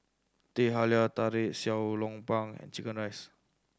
Teh Halia Tarik Xiao Long Bao and chicken rice